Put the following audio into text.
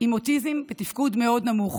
עם אוטיזם בתפקוד מאוד נמוך,